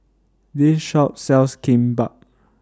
This Shop sells Kimbap